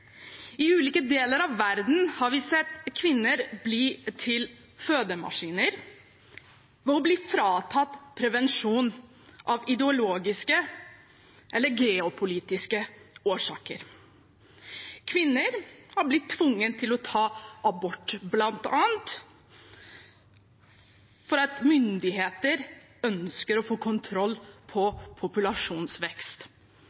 I ulike deler av verden har vi sett kvinner bli til fødemaskiner ved å bli fratatt prevensjon av ideologiske eller geopolitiske årsaker. Kvinner har blitt tvunget til å ta abort bl.a. for at myndigheter ønsker å få kontroll